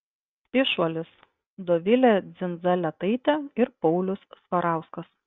trišuolis dovilė dzindzaletaitė ir paulius svarauskas